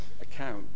account